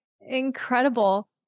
incredible